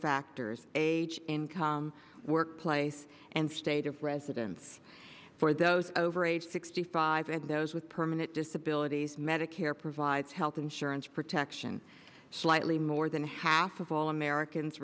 factors age income workplace and state of residence for those over age sixty five and those with permanent disability medicare provides health insurance protection slightly more than half of all americans